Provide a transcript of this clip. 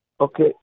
Okay